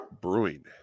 Brewing